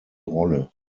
rolle